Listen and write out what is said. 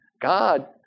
God